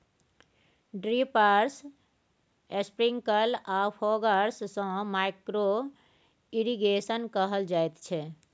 drippers, sprinkle आ foggers सँ micro irrigation कहल जाइत छै